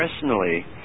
Personally